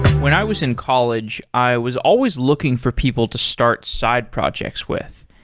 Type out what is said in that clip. when i was in college, i was always looking for people to start side projects with.